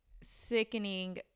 sickening